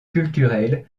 culturelle